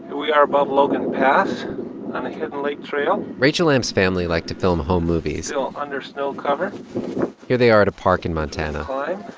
we are above logan pass on the hidden lake trail. rachel lamb's family liked to film home movies. still under snow cover here they are at a park in montana climb